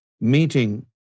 meeting